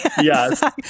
Yes